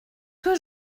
que